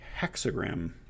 hexagram